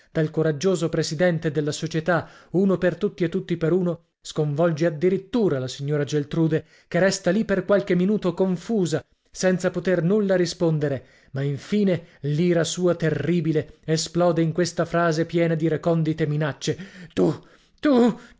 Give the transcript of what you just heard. dal coraggioso presidente della società uno per tutti e tutti per uno sconvolge addirittura la signora geltrude che resta li per qualche minuto confusa senza poter nulla rispondere ma infine l'ira sua terribile esplode in questa frase piena di recondite minacce tu tu